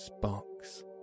box